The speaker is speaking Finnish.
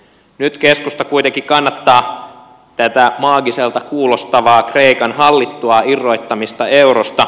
nyt keskusta kuitenkin kannattaa tätä maagiselta kuulostavaa kreikan hallittua irrottamista eurosta